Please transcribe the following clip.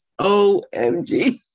OMG